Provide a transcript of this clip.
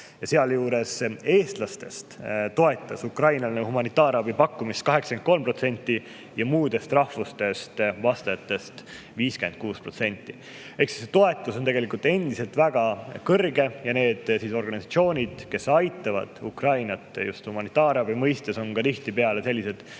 Sealjuures toetas eestlastest Ukrainale humanitaarabi pakkumist 83% ja muust rahvusest vastajatest 56%. Ehk see toetus on tegelikult endiselt väga kõrge. Need organisatsioonid, kes aitavad Ukrainat just humanitaarabi mõttes, on tihtipeale sellised,